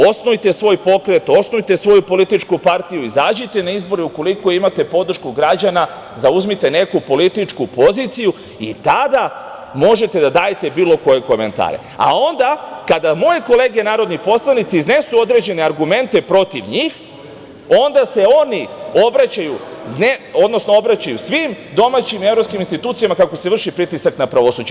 Osnujte svoj pokret, osnujte svoju političku partiju, izađite na izbore ukoliko imate podršku građana, zauzmite neku političku poziciju i tada možete da dajete bilo koje komentare, a onda kada moje kolege, narodni poslanici iznesu određene argumente protiv njih, onda se oni obraćaju svim domaćim evropskim institucijama kako se vrši pritisak na pravosuđe.